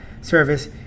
service